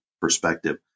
perspective